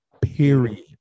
period